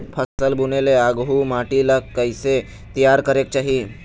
फसल बुने ले आघु माटी ला कइसे तियार करेक चाही?